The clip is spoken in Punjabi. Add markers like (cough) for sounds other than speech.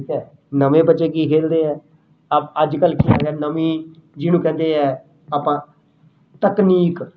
ਠੀਕ ਹੈ ਨਵੇਂ ਬੱਚੇ ਕੀ ਖੇਲਦੇ ਹੈ ਅ ਅੱਜ ਕੱਲ੍ਹ ਕੀ (unintelligible) ਨਵੀਂ ਜਿਹਨੂੰ ਕਹਿੰਦੇ ਹੈ ਆਪਾਂ ਤਕਨੀਕ